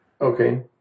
Okay